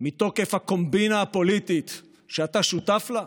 מתוקף הקומבינה הפוליטית שאתה שותף לה?